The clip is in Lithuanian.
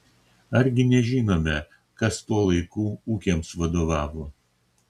argi nežinome kas tuo laiku ūkiams vadovavo